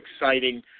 exciting